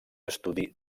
estudi